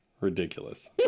Ridiculous